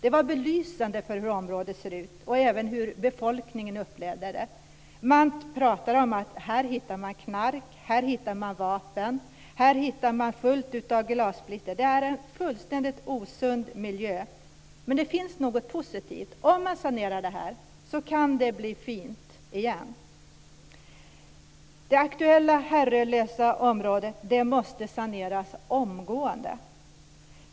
Det var belysande för hur området ser ut och hur befolkningen upplever det. Man pratar om att det går att hitta knark, vapen och fullt med glassplitter. Det är en fullständigt osund miljö. Men det finns också något positivt. Om området saneras kan det bli fint igen. Det aktuella herrelösa området måste saneras omgående!